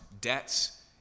debts